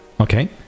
okay